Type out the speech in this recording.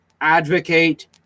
advocate